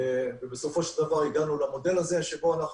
ובסופו של דבר הגענו למודל הזה שבו אנחנו